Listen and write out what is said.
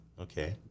Okay